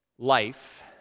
life